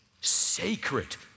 Sacred